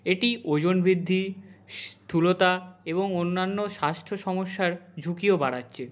এটি ওজন বৃদ্ধি স্থূলতা এবং অন্যান্য স্বাস্থ্য সমস্যার ঝুঁকিও বাড়াচ্ছে